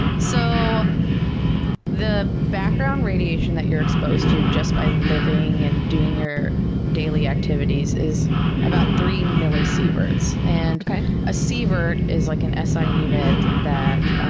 so the background radiation that you're exposed to just by living and doing your daily activities is about three millisieverts. and a sievert is like an si ah unit that